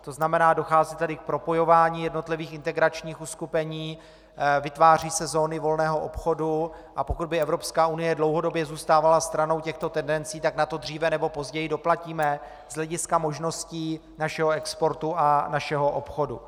To znamená, dochází tady k propojování jednotlivých integračních uskupení, vytvářejí se zóny volného obchodu, a pokud by Evropská unie dlouhodobě zůstávala stranou těchto tendencí, tak na to dříve nebo později doplatíme z hlediska možností našeho exportu a našeho obchodu.